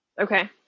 Okay